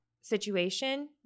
situation